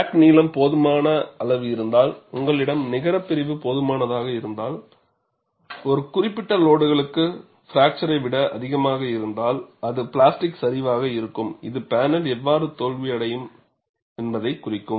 crack நீளம் போதுமான அளவு இருந்தால் உங்களிடம் நிகர பிரிவு போதுமானதாக இருந்தால் ஒரு குறிப்பிட்ட லோடுகளுக்கு பிராக்சரை விட அதிகமாக இருந்தால் அது பிளாஸ்டிக் சரிவாக இருக்கும் இது பேனல் எவ்வாறு தோல்வியடையும் என்பதைக் குறிக்கும்